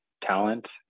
talent